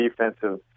defensive